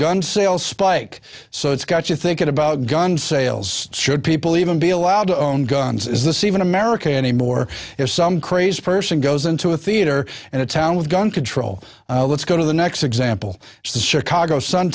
gun sales spike so it's got you thinking about gun sales should people even be allowed to own guns is this even america anymore if some crazed person goes into a theater and a town with a gun control let's go to the next example is the chicago sun